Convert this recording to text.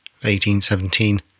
1817